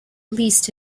least